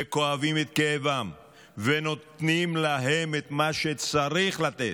כואבים את כאבם ונותנים להם את מה שצריך לתת.